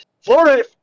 Florida